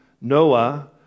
Noah